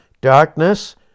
Darkness